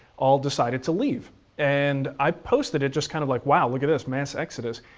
all decided to leave and i posted it just kind of like, wow, look at this. mass exodus,